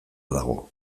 dago